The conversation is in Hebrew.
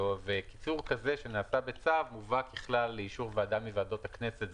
קיצור כזה שנעשה בצו מובא ככלל לאישור ועדה מוועדות הכנסת,